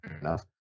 enough